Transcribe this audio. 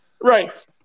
Right